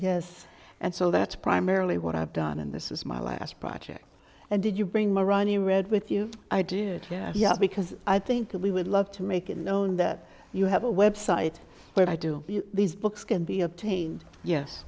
yes and so that's primarily what i've done and this is my last project and did you bring murali read with you i did yeah because i think that we would love to make it known that you have a website where i do these books can be obtained yes